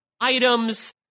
items